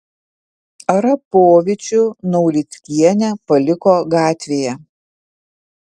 arapovičių naulickienė paliko gatvėje